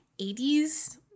80s